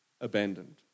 abandoned